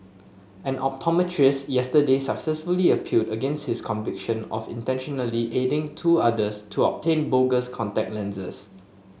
an optometrist yesterday successfully appealed against his conviction of intentionally aiding two others to obtain bogus contact lenses